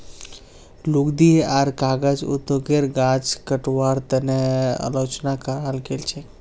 लुगदी आर कागज उद्योगेर गाछ कटवार तने आलोचना कराल गेल छेक